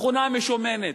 מכונה משומנת.